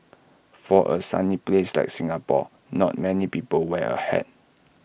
for A sunny place like Singapore not many people wear A hat